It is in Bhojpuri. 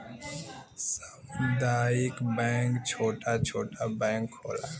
सामुदायिक बैंक छोटा छोटा बैंक होला